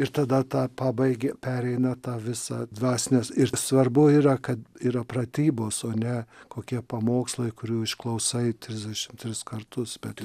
ir tada ta pabaigė pereina tą visą dvasinę ir svarbu yra kad yra pratybos o ne kokie pamokslai kurių išklausai trisdešim tris kartus bet